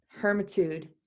Hermitude